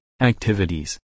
activities